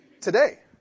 today